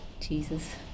Jesus